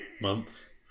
Months